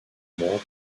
mois